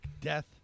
death